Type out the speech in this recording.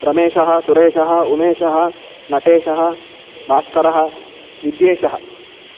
रमेशः सुरेशः उमेशः नटेशः भास्करः विद्येशः